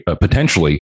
potentially